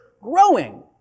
growing